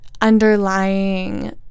underlying